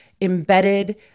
embedded